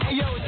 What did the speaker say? yo